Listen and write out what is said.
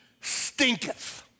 stinketh